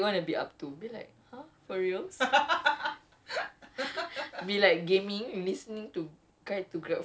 not even not even twenty nineteen if you told like pre C_B zan this is what you're gonna be up to I'll be like !huh! for real